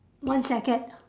one second